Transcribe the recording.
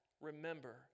remember